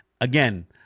again